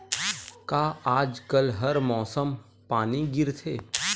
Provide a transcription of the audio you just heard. का आज कल हर मौसम पानी गिरथे?